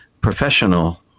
professional